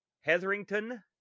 Hetherington